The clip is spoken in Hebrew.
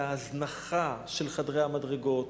להזנחה של חדרי המדרגות,